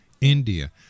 India